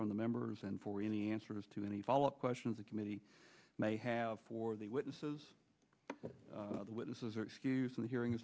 from the members and for any answers to any follow questions the committee may have for the witnesses the witnesses or excuse in the hearing